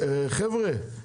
חבר'ה,